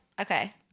Okay